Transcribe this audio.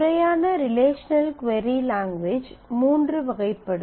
முறையான relational query language மூன்று வகைப்படும்